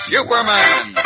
Superman